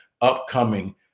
upcoming